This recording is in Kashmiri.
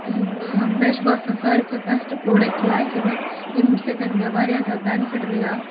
مےٚ چھُ باسان ساروٕے کھۄتہٕ بیسٹ پروڈَکٹ لایفہِ منٛز ییٚمہِ سۭتۍ مےٚ واریاہ زیادٕ بیٚنِفٹ مِلیو